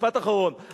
משפט אחרון.